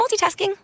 multitasking